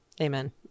Amen